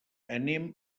anem